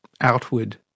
outward